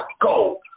go